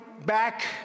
back